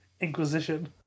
Inquisition